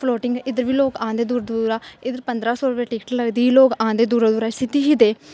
floating इद्धर बी लोग औंदे दूरा दूरा इद्दर पंदरां सौ रपेआ टिकट लगदी लोग औंदे दूरा दूरा इसी दिखदे